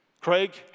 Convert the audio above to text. Craig